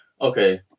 okay